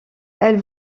elle